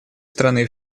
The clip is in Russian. страны